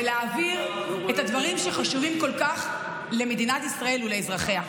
ולהבהיר את הדברים שחשובים כל כך למדינת ישראל ולאזרחיה.